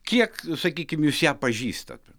kiek sakykim jūs ją pažįstat